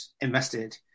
invested